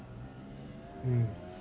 mm